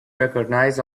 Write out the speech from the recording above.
recognize